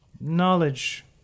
knowledge